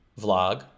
vlog